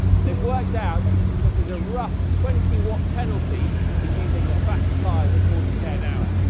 and they've worked out that there's a rough twenty watt penalty for using the fatter tyres at forty k an hour.